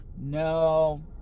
No